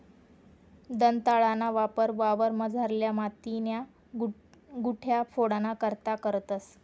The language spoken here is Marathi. दंताळाना वापर वावरमझारल्या मातीन्या गुठया फोडाना करता करतंस